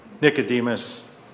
Nicodemus